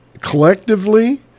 Collectively